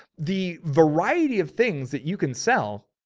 the variety of things that you can sell.